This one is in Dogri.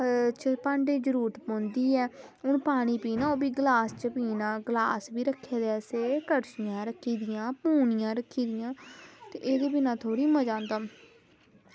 ते घरै च भांडें दी जरूरत ते पौंदी गै हून पानी पीना ओह्बी गलास च पीना गलास बी रक्खे दा असें कड़छियां रक्खी दियां पुनियां रक्खी दियां ते एह्दे बिना थोह्ड़ी मज़ा आंदा